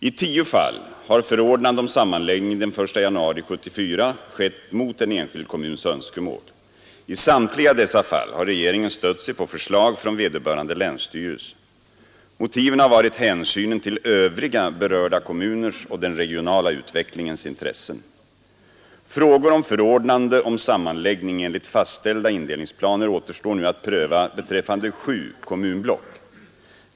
I 10 fall har förordnande om sammanläggning den 1 januari 1974 skett mot en enskild kommuns önskemål. I samtliga dessa fall har regeringen stött sig på förslag från vederbörande länsstyrelse. Motiven har varit hänsynen till övriga berörda kommuners och den regionala utvecklingens intressen. Frågor om förordnande om sammanläggning enligt fastställda indelningsplaner återstår nu att pröva beträffande 7 kommunblock.